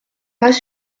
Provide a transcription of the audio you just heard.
pas